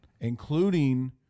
including